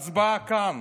הצבעה כאן